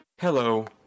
Hello